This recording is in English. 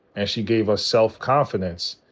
and she gave us self-confidence.